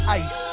ice